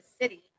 city